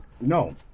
No